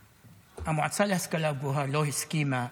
המועצה להשכלה גבוהה לא הסכימה.